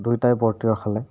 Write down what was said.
দুয়োটাই বৰ্তি ৰখালে